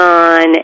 on